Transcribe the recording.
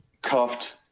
cuffed